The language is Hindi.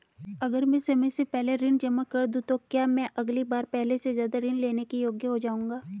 अगर मैं समय से पहले ऋण जमा कर दूं तो क्या मैं अगली बार पहले से ज़्यादा ऋण लेने के योग्य हो जाऊँगा?